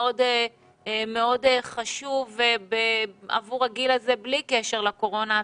מאוד חשוב עבור הגיל הזה בלי קשר לקורונה,